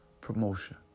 promotion